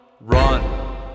run